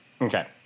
Okay